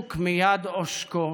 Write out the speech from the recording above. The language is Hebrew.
עשוק מיד עושקו,